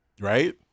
Right